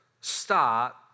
start